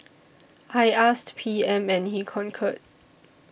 I asked P M and he concurred